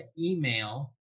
email